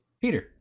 Peter